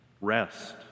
Rest